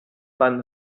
bahn